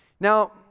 Now